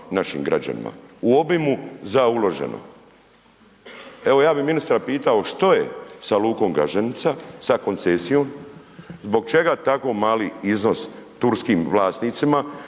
u obimu za uloženo?